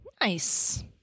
Nice